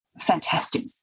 fantastic